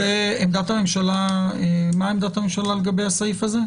מה עמדת משרדי הממשלה לגבי הסעיף הזה?